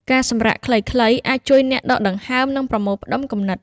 ការសម្រាកខ្លីៗអាចជួយអ្នកដកដង្ហើម និងប្រមូលផ្តុំគំនិត។